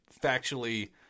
factually